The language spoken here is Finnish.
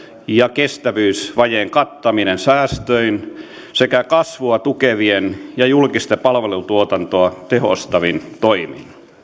ja kestävyysvajeen kattaminen säästöin sekä kasvua tukevin ja julkista palvelutuotantoa tehostavin toimin